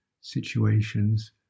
situations